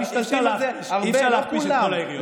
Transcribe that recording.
בוודאי, שהכסף לא יגיע לארגוני פשע.